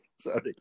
Sorry